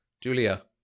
Julia